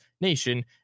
NATION